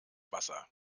wasser